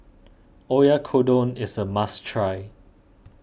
Oyakodon is a must try